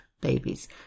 babies